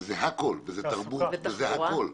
וזה תרבות וזה תחבורה,